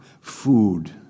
food